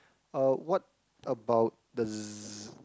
uh what about the z~